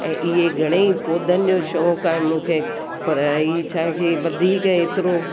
ऐं इहे घणेई पोधनि जो शोक़ु आहे मूंखे पर हीउ छा वधीक एतिरो